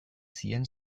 zien